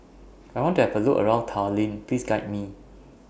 I want to Have A Look around Tallinn Please Guide Me